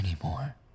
anymore